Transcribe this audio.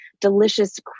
delicious